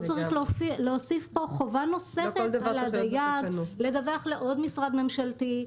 לא צריך להוסיף פה חובה נוספת על הדייג לדווח לעוד משרד ממשלתי.